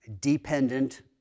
dependent